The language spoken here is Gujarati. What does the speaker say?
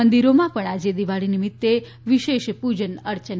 મંદિરોમાં પણ આજે દિવાળી નિમિત્તે વિશેષ પૂજન અર્ચન કરાયા